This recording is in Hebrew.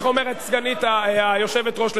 תמשיך, אומרת סגנית היושבת-ראש לשעבר.